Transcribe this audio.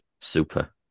Super